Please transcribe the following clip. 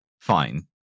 fine